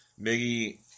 Miggy